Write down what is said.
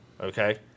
okay